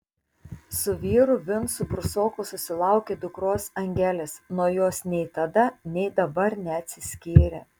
su vyru vincu brusoku susilaukė dukros angelės nuo jos nei tada nei dabar neatsiskyrė